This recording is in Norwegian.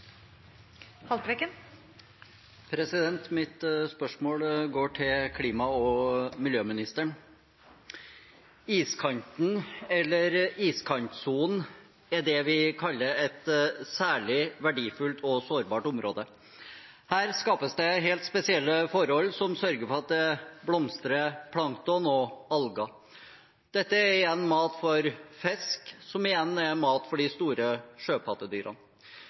Mitt spørsmål går til klima- og miljøministeren. Iskanten, eller iskantsonen, er det vi kaller et særlig verdifullt og sårbart område. Her skapes det helt spesielle forhold som sørger for at det blomstrer plankton og alger. Dette er igjen mat for fisk, som igjen er mat for de store sjøpattedyrene.